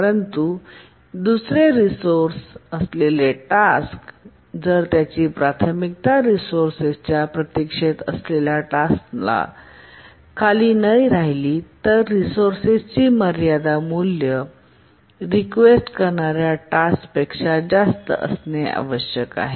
परंतु नंतर दुसरे रिसोर्से असलेले टास्क आणि जर त्याची प्राथमिकता रिसोर्सेस च्या प्रतीक्षेत असलेल्या टास्क च्या खाली न राहिली तर रिसोर्सेसची मर्यादा मूल्य रिसोर्सेसची रीक्वेस्ट करणार्या टास्क पेक्षा जास्त असणे आवश्यक आहे